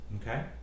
okay